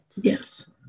Yes